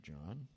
John